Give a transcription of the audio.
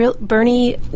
Bernie